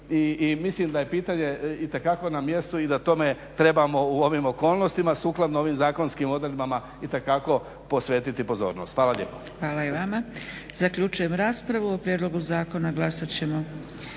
i mislim da je pitanje itekako na mjestu i da tome trebamo u ovim okolnostima sukladno ovim zakonskim odredbama itekako posvetiti pozornost. Hvala lijepo. **Zgrebec, Dragica (SDP)** Hvala i vama. Zaključujem raspravu. O prijedlogu zakona glasat ćemo